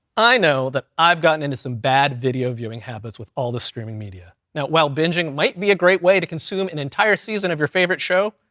i know that i've gotten into some bad video viewing habits with all the streaming media. now, while binging might be a great way to consume an entire season of your favorite show,